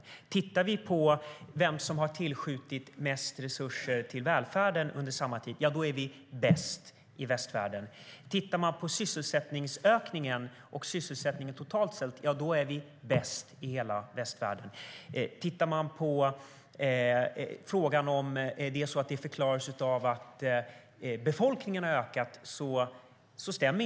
Om vi tittar på vem som har tillskjutit mest resurser till välfärden under samma tid är Sverige bäst i västvärlden. Om vi tittar på sysselsättningsökningen och sysselsättningen totalt sett är Sverige bäst i hela västvärlden. Det stämmer inte att detta förklaras av att befolkningen har ökat.